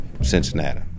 Cincinnati